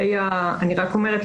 אני רק אומרת,